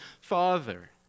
father